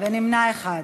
ונמנע אחד,